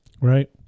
Right